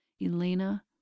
Elena